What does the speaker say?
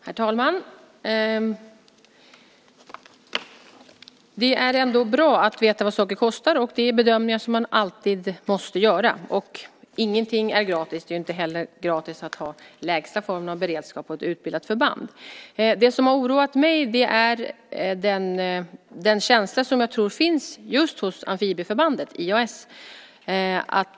Herr talman! Det är bra att veta vad saker kostar. Det är bedömningar som man alltid måste göra. Ingenting är gratis. Det är ju inte heller gratis att ha den lägsta formen av beredskap och utbilda ett förband. Det som har oroat mig är den känsla som jag tror finns hos just amfibieförbandet IAS.